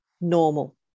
normal